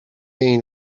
این